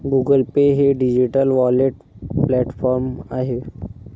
Google Pay हे digital wallet platform आहे